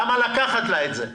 למה לקחת לה את זה?